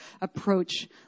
approach